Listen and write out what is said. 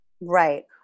Right